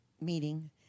meeting